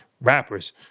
rappers